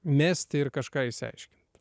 mesti ir kažką išsiaiškint